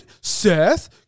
Seth